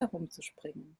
herumzuspringen